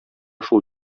шул